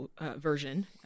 version